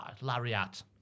lariat